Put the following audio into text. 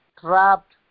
trapped